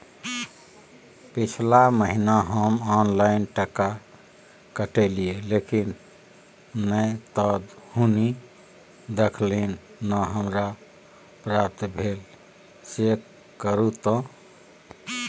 पिछला महीना हम ऑनलाइन टका कटैलिये लेकिन नय त हुनी पैलखिन न हमरा प्राप्त भेल, चेक करू त?